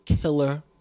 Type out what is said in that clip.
killer